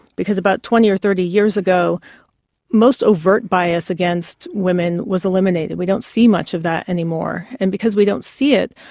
because about twenty or thirty years ago most overt bias towards women was eliminated, we don't see much of that anymore. and because we don't see it,